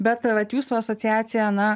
bet vat jūsų asociacija na